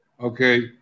Okay